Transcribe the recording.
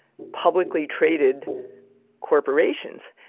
publicly traded corporations.